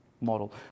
model